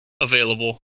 available